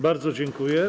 Bardzo dziękuję.